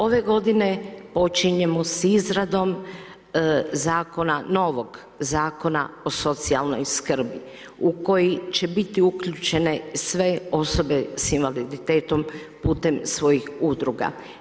Ove godine počinjemo sa izradom zakona, novog Zakona o socijalnoj skrbi u kojoj će biti uključene sve osobe s invaliditetom putem svojih udruga.